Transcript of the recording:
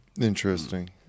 Interesting